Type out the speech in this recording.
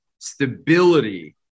stability